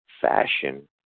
fashion